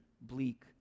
bleak